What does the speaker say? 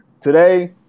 Today